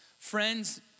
friends